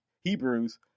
Hebrews